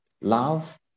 love